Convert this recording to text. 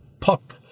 pop